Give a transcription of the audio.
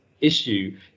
issue